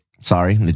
Sorry